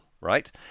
right